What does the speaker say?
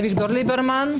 אביגדור ליברמן,